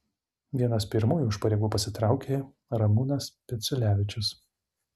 vienas pirmųjų iš pareigų pasitraukė ramūnas peciulevičius